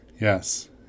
Yes